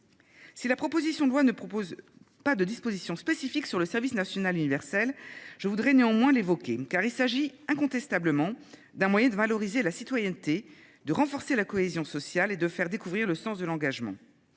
Si la proposition de loi ne propose pas de disposition spécifique sur le service national universel, je voudrais néanmoins l'évoquer, car il s'agit incontestablement d'un moyen de valoriser la citoyenneté, de renforcer la cohésion sociale et de faire découvrir le sens de l'engagement.